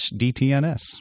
DTNS